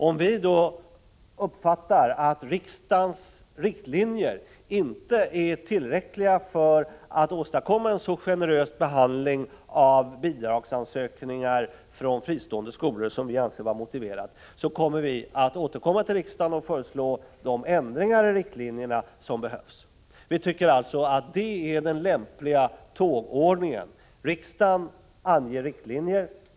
Om vi skulle märka att riksdagens riktlinjer inte är tillräckliga för att åstadkomma en så generös behandling av bidragsansökningar från fristående skolor som vi anser vara motiverad, återkommer vi till riksdagen och föreslår de ändringar i riktlinjerna som behövs. Vi tycker att detta är den lämpliga tågordningen. Riksdagen anger riktlinjer.